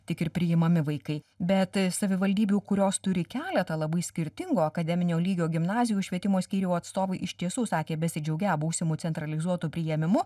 tik ir priimami vaikai bet savivaldybių kurios turi keletą labai skirtingo akademinio lygio gimnazijų švietimo skyrių atstovai iš tiesų sakė besidžiaugią būsimu centralizuotu priėmimu